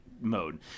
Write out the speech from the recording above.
mode